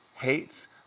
hates